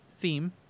theme